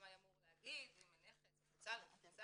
שהשמאי אמור להגיד אם הנכס מפוצל או לא.